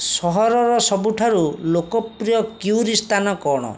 ସହରର ସବୁଠାରୁ ଲୋକପ୍ରିୟ କ୍ୟୁରୀ ସ୍ଥାନ କ'ଣ